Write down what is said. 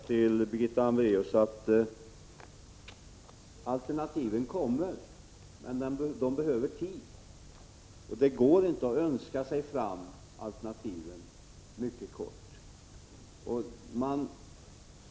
Herr talman! Jag vill säga till Birgitta Hambraeus att alternativen kommer, men till det behövs tid. Det går inte att önska fram alternativ.